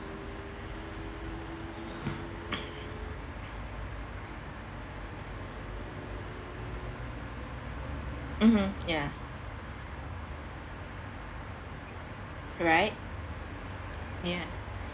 mmhmm ya right ya